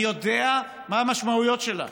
אני יודע מה המשמעויות שלה.